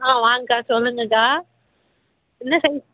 ஆ வாங்க அக்கா சொல்லுங்க அக்கா என்ன சைஸ்